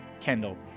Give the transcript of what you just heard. Kendall